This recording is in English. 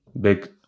big